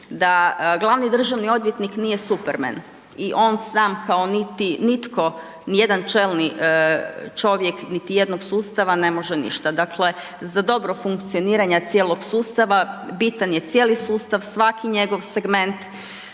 da glavni državni odvjetnik nije Superman i on sam kao niti nitko nijedan čelni čovjek niti jednog sustava ne može ništa, dakle za dobro funkcioniranja cijelog sustava bitan je cijeli sustav, svaki njegov segment,